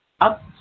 Up